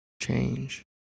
change